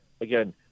again